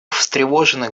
встревожены